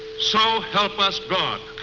so help us god.